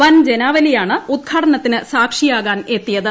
വൻജനാവലിയാണ് ഉദ്ഘാടനത്തിന് സാക്ഷിയാകാൻ എത്തിയത്